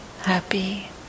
happy